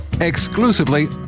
exclusively